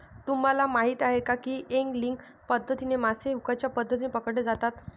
तुम्हाला माहीत आहे का की एंगलिंग पद्धतीने मासे हुकच्या मदतीने पकडले जातात